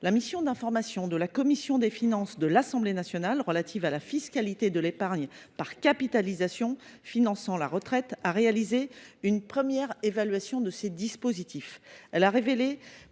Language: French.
La mission d’information de la commission des finances de l’Assemblée nationale relative à la fiscalité de l’épargne par capitalisation finançant la retraite a réalisé une première évaluation de ces dispositifs. Elle a relevé